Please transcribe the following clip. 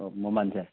ꯑꯣ ꯃꯃꯟꯁꯦ